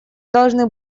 должны